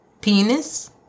Penis